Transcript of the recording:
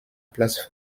place